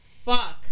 fuck